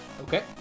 Okay